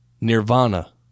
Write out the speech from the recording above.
nirvana